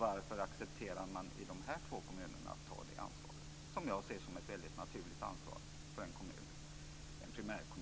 Varför accepterar de här två kommunerna att ta detta ansvar, som jag ser som ett väldigt naturligt ansvar för en primärkommun?